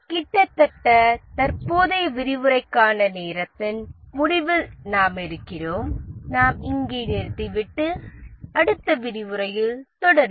கிட்டத்தட்ட தற்போதைய விரிவுரைக்கான நேரத்தின் முடிவில் நாம் இருக்கிறோம் நாம் இங்கே நிறுத்திவிட்டு அடுத்த விரிவுரையில் தொடருவோம்